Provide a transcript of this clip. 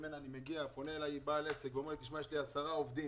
ממנה אני מגיע פנה אליי בעל עסק ואמר לי: יש לי עשרה עובדים,